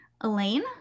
Elaine